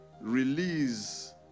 release